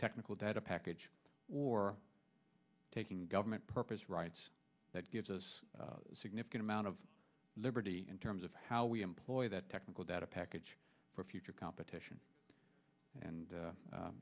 technical data package or taking government purpose right that gives us a significant amount of liberty in terms of how we employ that technical data package for future competition and